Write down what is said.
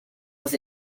was